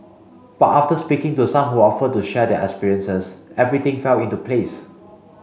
but after speaking to some who offered to share their experiences everything fell into place